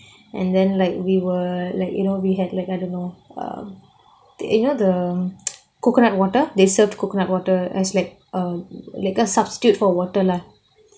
and then like we were like you know we had like I don't know err the you know the coconut water they served coconut water as like a liquor substitute for water lah